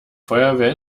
feuerwehr